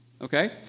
okay